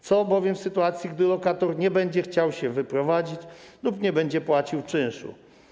Co bowiem w sytuacji, gdy lokator nie będzie chciał się wyprowadzić lub nie będzie płacił czynszu?